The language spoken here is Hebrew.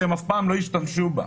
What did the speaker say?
שהם אף פעם לא ישתמשו בה.